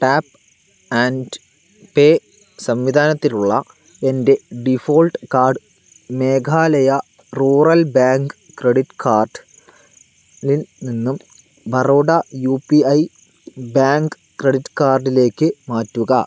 tap and pay സംവിധാനത്തിലുള്ള എൻ്റെ default card Meghalaya rural bank credit കാർഡിൽ നിന്നും Baroda U P I bank credit കാർഡിലേക്ക് മാറ്റുക